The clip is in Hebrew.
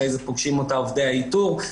אחרי זה פוגשים אותה עובדי האיתור,